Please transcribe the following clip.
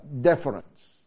deference